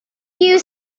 you